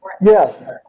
Yes